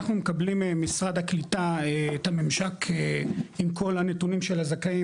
אנחנו מקבלים משרד הקליטה את הממשק עם כל הנתונים של הזכאים,